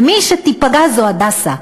ומי שייפגע זה "הדסה".